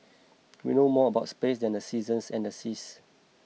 we know more about space than the seasons and the seas